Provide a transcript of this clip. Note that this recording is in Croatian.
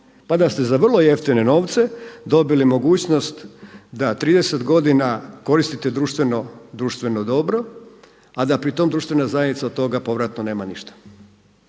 pa da ste za vrlo jeftine novce dobili mogućnost da 30 godina koristite društveno dobro, a da pri tom društvena zajednica od tova povratno nema ništa.